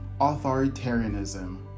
authoritarianism